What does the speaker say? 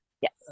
Yes